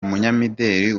umunyamideli